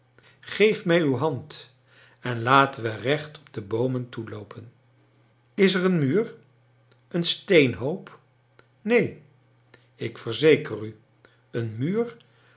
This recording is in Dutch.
geef mij uw hand en laten we recht op de boomen toeloopen is er een muur een steenhoop neen ik verzeker u een muur